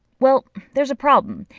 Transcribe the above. well there's a problem.